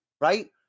Right